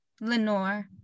Lenore